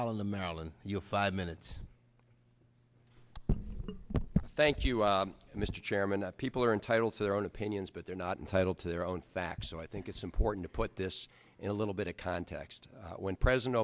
how in the marilyn you know five minutes thank you mr chairman that people are entitled to their own opinions but they're not entitled to their own facts so i think it's important to put this in a little bit of context when president